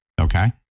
okay